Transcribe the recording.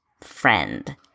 friend